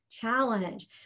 challenge